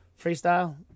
freestyle